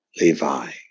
Levi